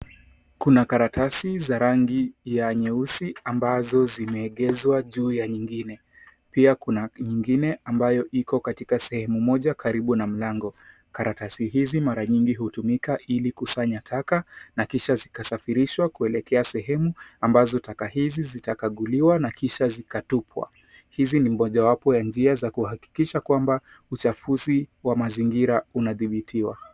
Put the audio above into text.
Kuna karatasi za rangi ya nyeusi ambazo zimeegezwa juu ya nyingine. Pia kuna nyingine ambayo iko katika sehemu moja karibu na mlango. Karatasi hizi mara nyingi hutumika ili kusanya taka na kisha zikasafirishwa kuelekea sehemu ambazo taka hizi zitakaguliwa na kisha zikatupwa. Hizi ni mojawapo ya njia za kuhakikisha kwamba uchafuzi wa mazingira unadhibitiwa.